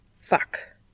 Fuck